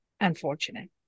unfortunate